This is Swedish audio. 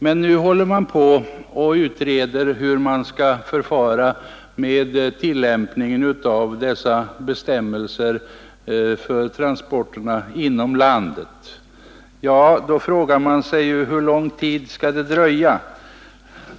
Men nu håller man på och utreder hur man skall förfara med tillämpningen av dessa bestämmelser för transporterna inom landet. Då blir frågan: Hur lång tid skall det dröja?